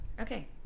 okay